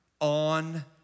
on